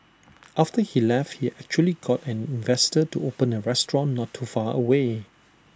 after he left he actually got an investor to open A restaurant not too far away